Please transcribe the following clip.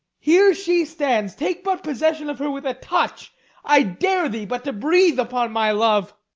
here she stands take but possession of her with a touch i dare thee but to breathe upon my love.